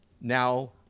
Now